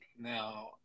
Now